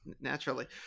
naturally